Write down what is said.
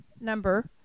number